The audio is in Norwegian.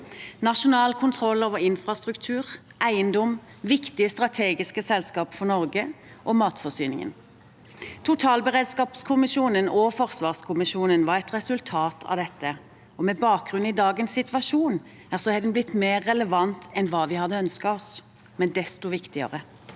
nasjonal kontroll over infrastruktur, eiendom, viktige strategiske selskap for Norge og matforsyningen. Totalberedskapskommisjonen og forsvarskommisjonen var et resultat av dette. Med bakgrunn i dagens situasjon har det blitt mer relevant enn hva vi hadde ønsket oss, men desto viktigere.